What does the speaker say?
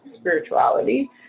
spirituality